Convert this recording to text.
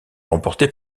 remportés